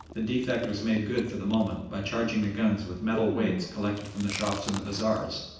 the defect was made good for the moment by charging the guns with metal weights collected from the shops in the bazaars,